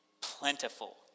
plentiful